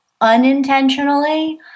unintentionally